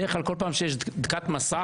בדרך כלל, כול פעם שיש דקת מסך,